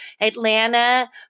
Atlanta